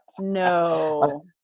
No